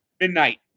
Midnight